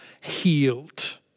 healed